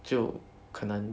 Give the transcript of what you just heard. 就可能